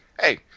hey